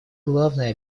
главная